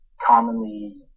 commonly